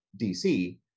dc